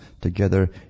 together